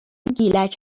گیلک